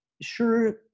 Sure